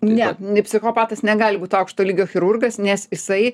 ne psichopatas negali būt aukšto lygio chirurgas nes jisai